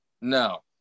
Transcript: no